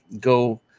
go